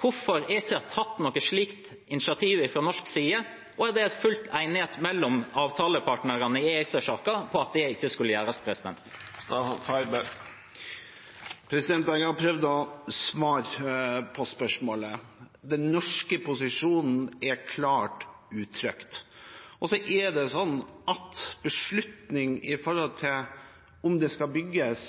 Hvorfor er det ikke tatt noe slikt initiativ fra norsk side, og er det full enighet mellom avtalepartnerne i ACER-saken om at det ikke skulle gjøres? Jeg har prøvd å svare på det spørsmålet: Den norske posisjonen er klart uttrykt. Så er det slik at beslutningen om det skal bygges